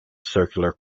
circular